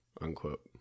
unquote